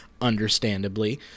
understandably